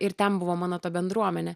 ir ten buvo mano ta bendruomenė